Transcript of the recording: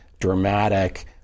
dramatic